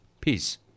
Peace